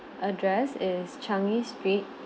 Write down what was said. address is changi street